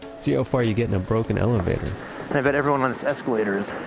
see how far you get in a broken elevator i bet everyone wants escalators.